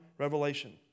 Revelation